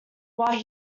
while